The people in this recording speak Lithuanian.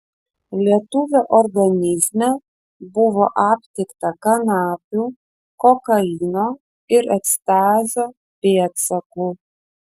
lietuvio organizme buvo aptikta kanapių kokaino ir ekstazio pėdsakų